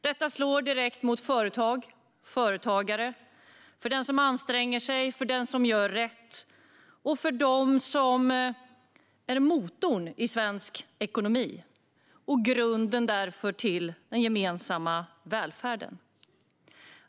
Detta slår direkt mot företag, mot företagare, mot den som anstränger sig, mot den som gör rätt och mot dem som är motorn i svensk ekonomi och därför grunden för den gemensamma välfärden.